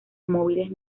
móviles